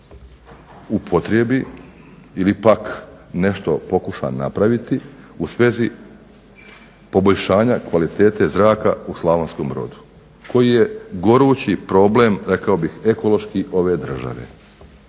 upotrijebi ili pak nešto pokuša napraviti u svezi poboljšanja kvalitete zraka u Slavonskom Brodu, koji je gorući problem rekao bih ekološki ove države.